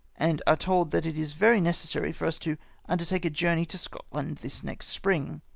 and are told that it is very necessary for us to undertake a journey to scotland this next spring.